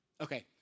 Okay